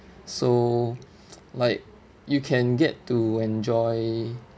so like you can get to enjoy